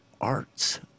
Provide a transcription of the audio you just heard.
arts